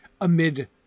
amid